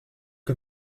que